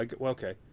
Okay